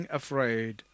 afraid